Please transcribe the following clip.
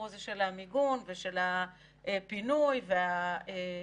הזה של המיגון ושל הפינוי והקליטה,